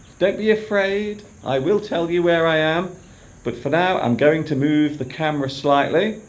don't be afraid i will tell you where i am but for now i'm going to move the camera slightly